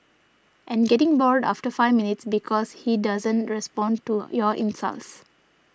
and getting bored after five minutes because he doesn't respond to your insults